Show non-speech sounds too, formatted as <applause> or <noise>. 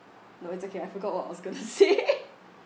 no it's okay I forgot what I was going to say <laughs>